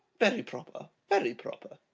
very proper very proper!